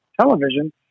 television